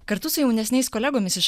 kartu su jaunesniais kolegomis iš